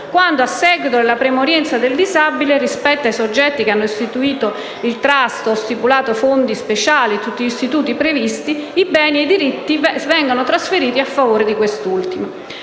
quando, a seguito della premorienza del disabile rispetto ai soggetti che hanno istituito il *trust* o stipulato fondi speciali e tutti gli altri istituti previsti, i beni e i diritti vengano trasferiti a favore di questi ultimi.